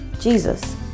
Jesus